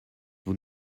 vous